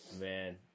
Man